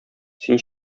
син